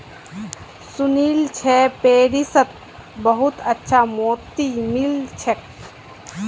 सुनील छि पेरिसत बहुत अच्छा मोति मिल छेक